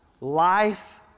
life